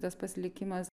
tas pats likimas